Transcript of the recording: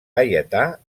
gaietà